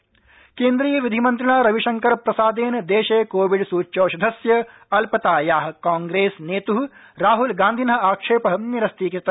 विधि मन्त्री केन्द्रीय विधि मन्त्रिणा रविशंकर प्रसादेन देशे कोविड सूच्यौषधस्य अल्पतायाः कांप्रेस नेतः राहुलगान्धिनः आक्षेपःनिरस्तीकृतः